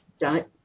dot